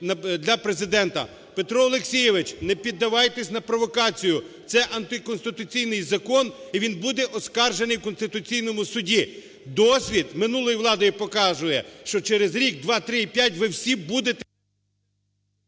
для Президента. Петро Олексійович, не піддавайтесь на провокацію, це антиконституційний закон, і він буде оскаржений в Конституційному Суді. Досвід минулої влади показує, що через рік, два, три, п'ять ви всі будете…